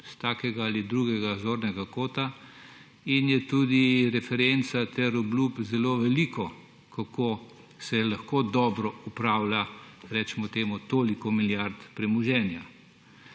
s takega ali drugega zornega kota in je tudi referenca ter obljub zelo veliko, kako se lahko dobro upravlja toliko milijard premoženja.